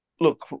look